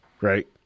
right